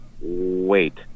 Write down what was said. wait